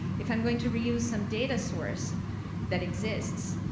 if i'm going to reuse some data source that exists,